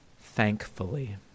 thankfully